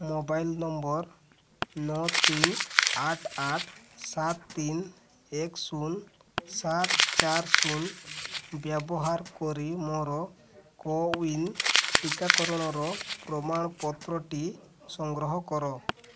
mobile number ନଅ ତିନି ଆଠ ଆଠ ସାତ ତିନି ଏକ ଶୂନ ସାତ ଚାରି ଶୂନ ବ୍ୟବହାର କରି ମୋର କୋୱିନ୍ ଟିକାକରଣର ପ୍ରମାଣପତ୍ରଟି ସଂଗ୍ରହ କର